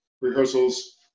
rehearsals